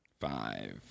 Five